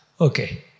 Okay